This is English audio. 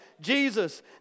Jesus